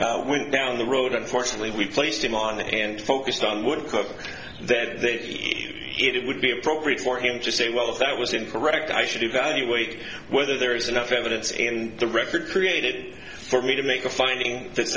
been went down the road unfortunately we placed him on and focused on would cover that they've it would be appropriate for him to say well if that was incorrect i should evaluate whether there is enough evidence and the record created for me to make a finding that